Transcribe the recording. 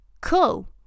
cool